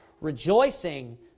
rejoicing